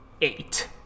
eight